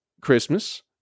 Christmas